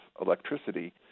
electricity